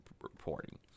reporting